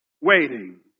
Waiting